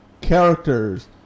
characters